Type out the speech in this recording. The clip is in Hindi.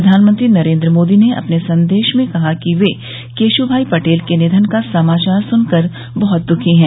प्रधानमंत्री नरेन्द्र मोदी ने अपने संदेश में कहा कि वे केशुभाई पटेल के निधन का समाचार सुनकर बहुत दुःखी हैं